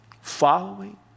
following